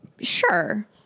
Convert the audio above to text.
Sure